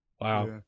Wow